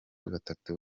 batatu